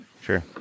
sure